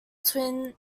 twin